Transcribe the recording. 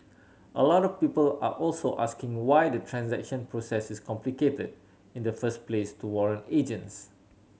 a lot of people are also asking why the transaction process is complicated in the first place to warrant agents